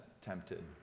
tempted